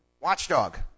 Watchdog